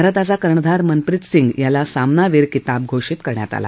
भारताचा कर्णधार मनप्रित सिंग याला सामानावीर किताब घोषित करण्यात आला